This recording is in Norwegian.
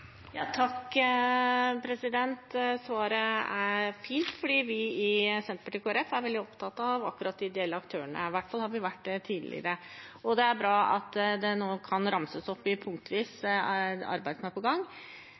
Svaret er fint, for vi i Senterpartiet og Kristelig Folkeparti er veldig opptatt av akkurat de ideelle aktørene, vi har i hvert fall vært det tidligere. Det er bra at arbeid som er på gang, kan ramses opp punktvis. Like fullt er